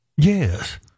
Yes